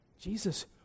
Jesus